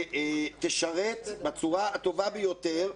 שתשרת בצורה הטובה ביותר,